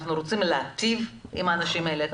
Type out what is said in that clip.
אנחנו רוצים להיטיב עם האנשים האלה.